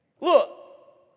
Look